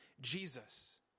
Jesus